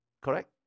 Correct